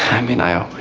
i mean, i ah